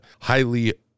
highly